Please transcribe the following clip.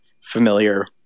familiar